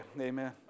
amen